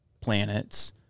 planets